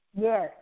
Yes